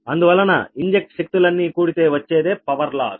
అందువలన ఇంజెక్ట్ శక్తులన్నీ కూడితే వచ్చేది పవర్ లాస్